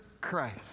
Christ